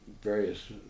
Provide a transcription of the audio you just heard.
various